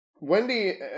Wendy